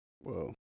Whoa